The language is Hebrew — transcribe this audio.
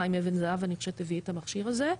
חיים אבן זהב אני חושבת שהביא את המכשיר הזה,